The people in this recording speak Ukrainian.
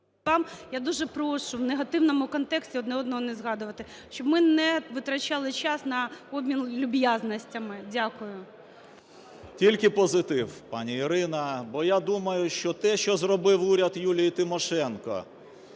я дуже прошу в негативному контексті один одного не згадувати, щоб ми не витрачали час на обмін люб'язностями. Дякую. 10:32:32 СОБОЛЄВ С.В. Тільки позитив, пані Ірино. Бо я думаю, що те, що зробив уряд Юлії Тимошенко,